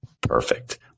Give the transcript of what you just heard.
Perfect